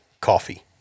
coffee